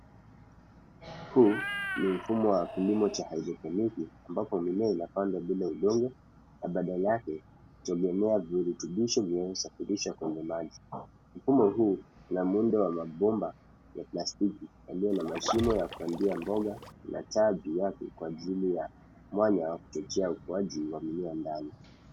Huu ni mfumo wa kilimo cha hydroponiki ambapo mimea inapandwa bila udongo na badala yake hutegemea virutubisho vinavyosafirishwa kwenye maji. Mfumo huu una muundo wa mabomba ya plastiki yaliyo na mashimo ya kupandia mboga na taa juu yake, kwa ajili ya mwanya wa kuchochea ukuaji wa mimea ndani.